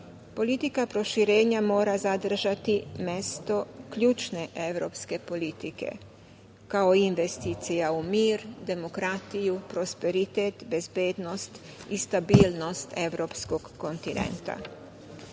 uspeha. Politika proširenja mora zadržati mesto ključne evropske politike kao investicija u mir, demokratiju, prosperitet, bezbednost i stabilnost evropskog kontinenta. Sa